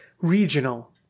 regional